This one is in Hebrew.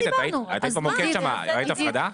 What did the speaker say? עידית את היית במוקד שם, את ראית הפרדה?